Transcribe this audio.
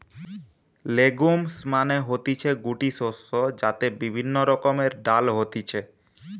legumes মানে হতিছে গুটি শস্য যাতে বিভিন্ন রকমের ডাল হতিছে